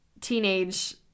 teenage